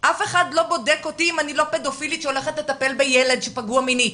אף אחד לא בודק אותי אם אני לא פדופילית שהולכת לטפל בילד שפגוע מינית.